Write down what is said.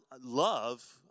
love